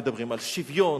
מדברים על שוויון,